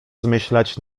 zmyślać